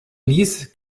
ließ